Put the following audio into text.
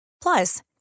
Plus